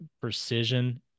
precision